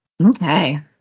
Okay